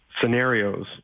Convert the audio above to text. scenarios